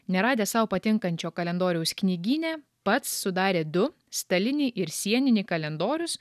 neradęs sau patinkančio kalendoriaus knygyne pats sudarė du stalinį ir sieninį kalendorius